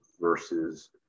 versus